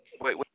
wait